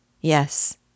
Yes